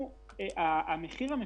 המחיר המפוקח,